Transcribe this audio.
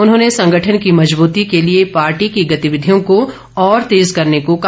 उन्होंने संगठन की मजबूती के लिए पार्टी की गतिविधियों को और तेज करने को कहा